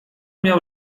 miał